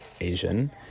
Asian